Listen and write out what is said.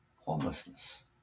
homelessness